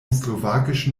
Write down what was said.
slowakischen